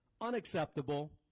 unacceptable